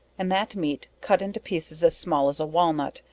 and that meat cut into pieces as small as a walnut,